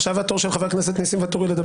עכשיו התור של חבר הכנסת ניסים ואטורי לדבר.